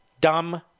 dumb